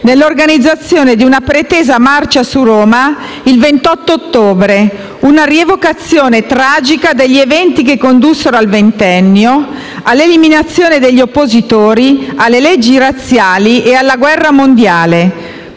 nell'organizzazione di una pretesa marcia su Roma il 28 ottobre. Una rievocazione tragica degli eventi che condussero al ventennio, alla eliminazione degli oppositori, alle leggi razziali e alla guerra mondiale.